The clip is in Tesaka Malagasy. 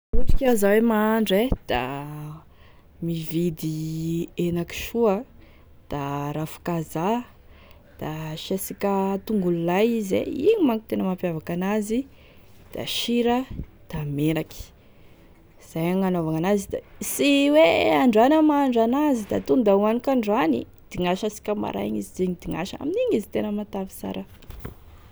La ohatry ka iaho e mahandro da mividy henakisoa da ravikazaha da asiasika tongolo lay izy e, igny manko tena mampiavaky an'azy, da sira da menaky zay gn'anaovagny an'azy, da sy hoe androany aho mahandro an'azy da ton'da hoaniko androany, digniasasika amarainy izy zegny digniasa amin'igny izy tena matavy sara.